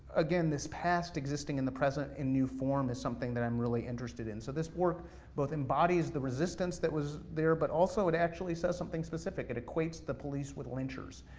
again, this past existing in the present, and new form is something that i'm really interested in. so this work both embodies the resistance that was there, but also, it actually says something specific, it equates the police with lynchers.